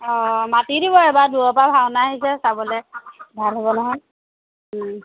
অঁ মাতি দিব এবাৰ দূৰৰ পৰা ভাওনা আহিছে চাবলৈ ভাল হ'ব নহয়